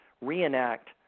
reenact